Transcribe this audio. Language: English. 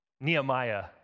Nehemiah